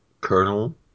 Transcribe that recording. Colonel